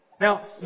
Now